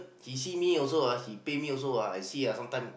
he see me also ah he pay me also ah I see ah sometime